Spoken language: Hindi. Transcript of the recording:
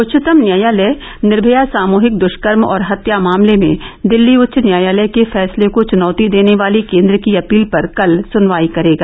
उच्चतम न्यायालय निर्भया सामूहिक दृष्कर्म और हत्या मामले में दिल्ली उच्च न्यायालय के फैसले को चुनौती देने वाली केन्द्र की अपील पर कल सुनवाई करेगा